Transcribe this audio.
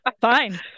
fine